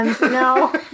no